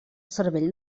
cervell